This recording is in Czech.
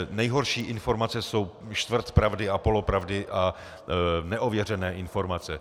Nejhorší informace jsou čtvrtpravdy a polopravdy a neověřené informace.